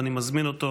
ואני מזמין אותו